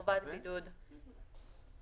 נחזור לזה בהמשך.